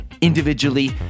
individually